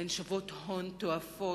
הן שוות הון תועפות.